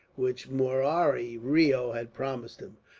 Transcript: which murari reo had promised him.